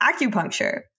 acupuncture